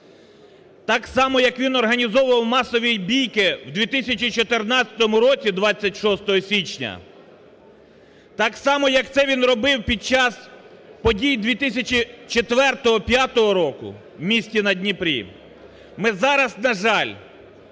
Так само як він організовував масові бійки в 2014 році 26 січня, так само як це він робив під час подій 2004-2005 року в місті на Дніпрі, ми зараз, на жаль,